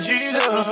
Jesus